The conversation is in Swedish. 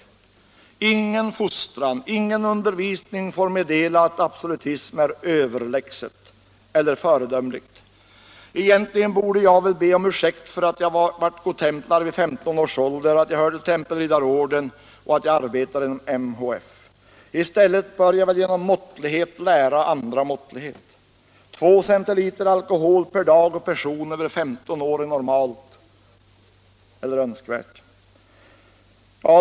Ingen fostran, ingen undervisning får meddela att absolutism är ”överlägset” eller föredömligt! Egentligen borde jag väl be om ursäkt för att jag blev godtemplare vid 15 års ålder, att jag hör till Tempelriddarorden och att jag arbetar inom MHF. I stället bör jag väl genom måttlighet lära andra måttlighet. 2 cl alkohol per dag och person över 15 år är normalt eller önskvärt!